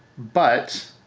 but